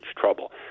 trouble